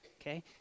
okay